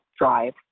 drive